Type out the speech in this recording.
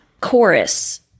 chorus